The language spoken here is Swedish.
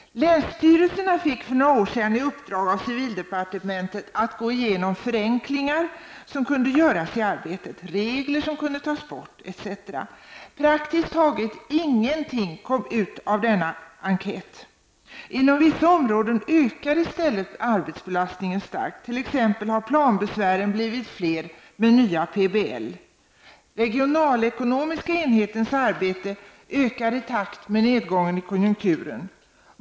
Länsstyrelserna fick för några år sedan i uppdrag av civildepartementet att undersöka vilka förenklingar som kunde göras i arbetet, regler som kunde tas bort etc. Praktiskt taget ingenting kom ut av denna enkät. Inom vissa områden ökar i stället arbetsbelastningen starkt. Planbesvären har t.ex. blivit fler med nya PBL. Regionalekonomiska enhetens arbete ökar i takt med nedgången i konjunkturen.